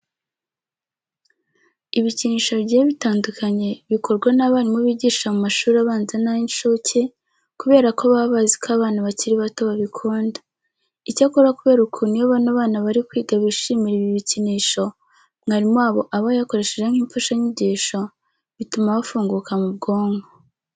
Ibikinisho bigiye bitandukanye bikorwa n'abarimu bigisha mu mashuri abanza n'ay'inshuke kubera ko baba bazi ko abana bakiri bato babikunda. Icyakora kubera ukuntu iyo bano bana bari kwiga bishimira ibi bikinisho mwarimu wabo aba yakoresheje nk'imfashanyigisho, bituma bafunguka mu bwonko.